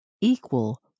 equal